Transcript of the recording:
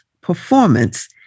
Performance